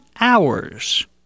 hours